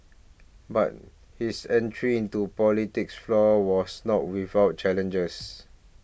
but his entry into politics flaw was not without challenges